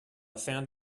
found